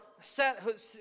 set